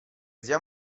zia